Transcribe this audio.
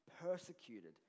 persecuted